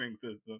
system